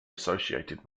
associated